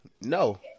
No